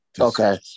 Okay